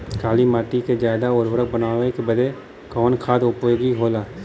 काली माटी के ज्यादा उर्वरक बनावे के बदे कवन खाद उपयोगी होला?